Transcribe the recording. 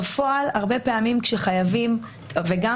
בפועל הרבה פעמים כאשר חייבים וגם